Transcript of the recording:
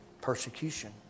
persecution